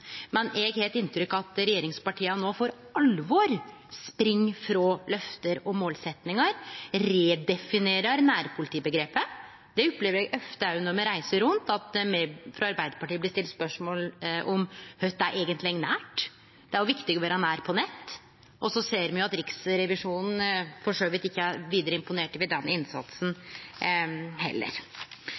men eg har eit inntrykk av at regjeringspartia no for alvor spring frå løfte og målsettingar og redefinerer nærpolitiomgrepet. Det opplever eg ofte at me frå Arbeidarpartiet blir stilt spørsmål om: Kva er eigentleg nært? Det er jo viktig å vere nær på nett, og så ser me at Riksrevisjonen for så vidt ikkje er vidare imponert over den innsatsen heller.